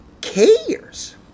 cares